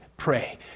pray